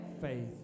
faith